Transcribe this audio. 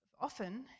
often